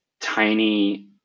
tiny